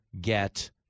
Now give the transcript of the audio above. get